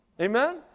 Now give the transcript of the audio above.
Amen